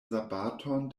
sabaton